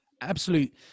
absolute